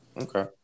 Okay